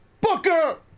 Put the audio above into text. Booker